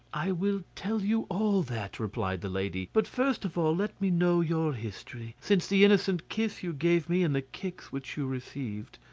i will tell you all that, replied the lady, but first of all let me know your history, since the innocent kiss you gave me and the kicks which you received.